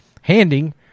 handing